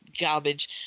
garbage